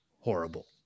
horrible